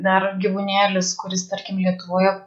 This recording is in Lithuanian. dar gyvūnėlis kuris tarkim lietuvoje